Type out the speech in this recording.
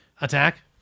attack